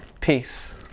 Peace